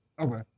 Okay